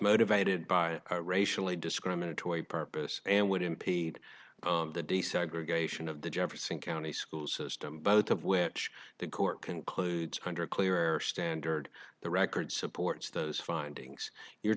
motivated by racially discriminatory purpose and would impede the desegregation of the jefferson county school system both of which the court concludes kundra clearer standard the record supports those findings you're